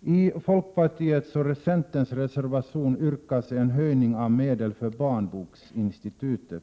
I folkpartiets och centerns reservation yrkas på en ökning av medlen för Svenska barnboksinstitutet.